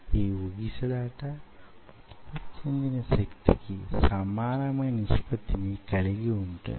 ఈ వూగిసలాట వుత్పత్తి చెందిన శక్తికి సమానమైన నిష్పత్తిని కలిగి వుంటుంది